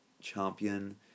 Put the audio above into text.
champion